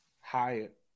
Hyatt